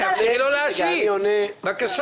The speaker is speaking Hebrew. תאפשרי לו להשיב, בבקשה.